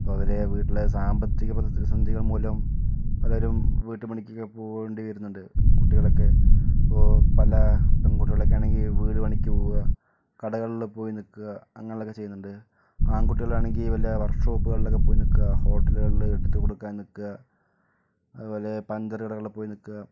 അപ്പോൾ അവരെ വീട്ടിലെ സാമ്പത്തിക പ്രതിസന്ധികൾ മൂലം പലരും വീട്ടുപണിക്കൊക്കെ പോകേണ്ടി വരുന്നുണ്ട് കുട്ടികളൊക്കെ ഇപ്പോൾ പല പെൺകുട്ടികളൊക്കെ ആണെങ്കിൽ വീട് പണിക്ക് പോകുക കടകളിൽ പോയി നിൽക്കുക അങ്ങനെയൊക്കെ ചെയ്യുന്നുണ്ട് ആൺകുട്ടികൾ ആണെങ്കിൽ വല്ല വർക്ക് ഷോപ്പുകളിൽ പോയി നിൽക്കുക ഹോട്ടലുകളിൽ എടുത്തു കൊടുക്കാൻ നിൽക്കുക അതുപോലെ പഞ്ചർ കടകളിൽ പോയി നിൽക്കുക